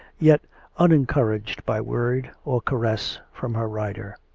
yet unencouraged by word or caress from her rider